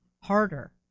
harder